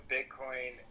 Bitcoin